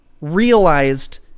realized